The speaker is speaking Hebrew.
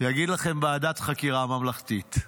יגיד לכם: ועדת חקירה ממלכתית.